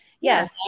yes